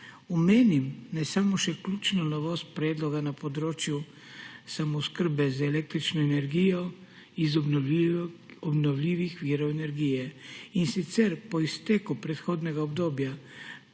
Omenim naj samo še ključno novost predloga na področju samooskrbe z električno energijo iz obnovljivih virov energije. In sicer, po izteku prehodnega obdobja,